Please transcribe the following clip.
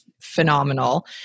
phenomenal